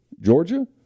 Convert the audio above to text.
Georgia